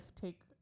take